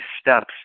steps